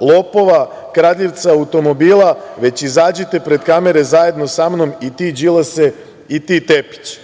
lopova, kradljivca automobila, već izađite pred kamere zajedno sa mnom i ti Đilase i ti Tepić.